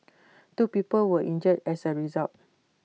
two people were injured as A result